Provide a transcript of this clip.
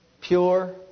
pure